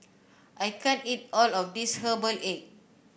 I can't eat all of this Herbal Egg